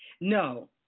No